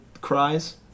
cries